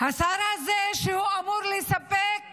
השר הזה, שהוא אמור לספק